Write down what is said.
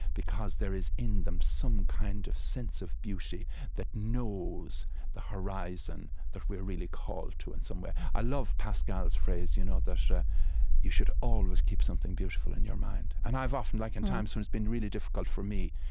because there is, in them, some kind of sense of beauty that knows the horizon that we are really called to in some way. i love pascal's phrase, you know that you should always keep something beautiful in your mind. and i have often like in times when it's been really difficult for me,